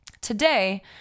Today